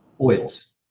oils